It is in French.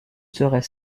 serait